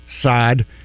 side